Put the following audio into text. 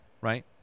right